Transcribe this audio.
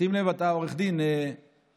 שים לב, אתה עורך דין, אוסאמה: